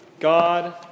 God